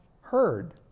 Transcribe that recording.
heard